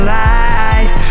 life